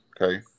okay